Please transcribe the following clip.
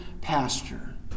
pasture